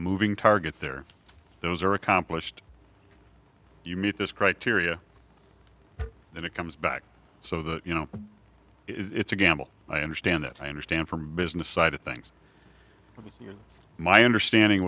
moving target there those are accomplished you meet this criteria and it comes back so that you know it's a gamble i understand that i understand from business side of things but it's my understanding